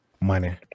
Money